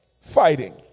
fighting